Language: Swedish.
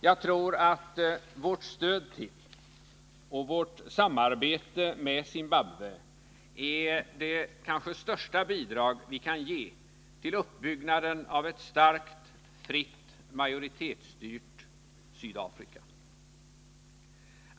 Jag tror att vårt stöd till och vårt samarbete med Zimbabwe är det kanske största bidrag vi kan ge till uppbyggnaden av ett starkt, fritt och majoritetsstyrt Sydafrika.